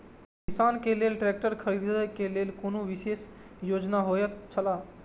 किसान के लेल ट्रैक्टर खरीदे के लेल कुनु विशेष योजना होयत छला?